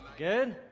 good,